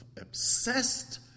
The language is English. obsessed